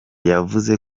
yavuze